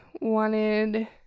wanted